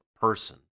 person